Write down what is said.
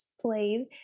slave